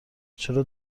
چرا